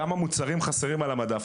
כמה מוצרים חסרים על המדף,